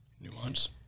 nuance